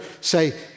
say